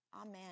Amen